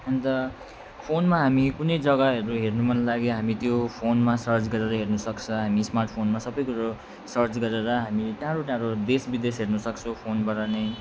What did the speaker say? अन्त फोनमा हामी कुनै जग्गाहरू हेर्नु मन लाग्यो हामी त्यो फोनमा सर्च गरेर हेर्नुसक्छ हामी स्मार्ट फोनमा सबै कुरो सर्च गरेर हामी टाढो टाढो देश विदेश हेर्नुसक्छ फोनबाट नै